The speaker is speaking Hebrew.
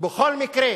בכל מקרה,